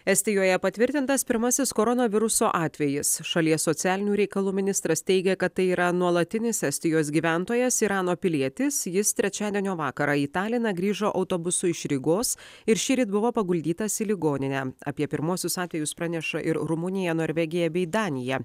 estijoje patvirtintas pirmasis koronaviruso atvejis šalies socialinių reikalų ministras teigia kad tai yra nuolatinis estijos gyventojas irano pilietis jis trečiadienio vakarą į taliną grįžo autobusu iš rygos ir šįryt buvo paguldytas į ligoninę apie pirmuosius atvejus praneša ir rumunija norvegija bei danija